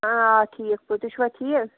آ ٹھیٖک پٲٹھۍ تُہۍ چھُوا ٹھیٖک